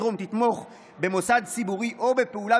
תתרום או תתמוך במוסד ציבור או בפעולה